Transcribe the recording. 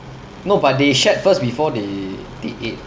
no but they shat first before they they ate